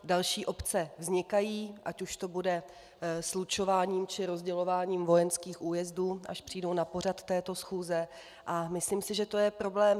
Další obce vznikají, ať už to bude slučováním, či rozdělováním vojenských újezdů, až přijdou na pořad této schůze, a myslím si, že je to problém.